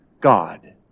God